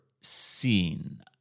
seen